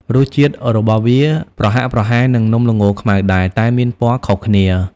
រសជាតិរបស់វាប្រហាក់ប្រហែលនឹងនំល្ងខ្មៅដែរ តែមានពណ៌ខុសគ្នា។